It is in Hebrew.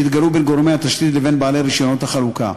שהתגלעו בין גורמי התשתית לבין בעלי רישיונות החלוקה.